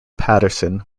paterson